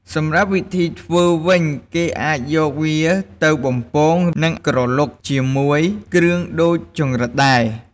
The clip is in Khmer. សម្រាប់វិធីធ្វើវិញ គេអាចយកវាទៅបំពង និងក្រឡុកជាមួយគ្រឿងដូចចង្រិតដែរ។